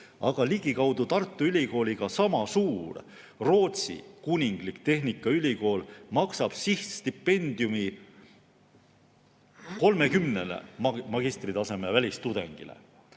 aga ligikaudu Tartu Ülikooliga sama suur Rootsi Kuninglik Tehnikaülikool maksab sihtstipendiumi 30 magistritaseme välistudengile.